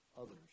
others